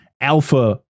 Alpha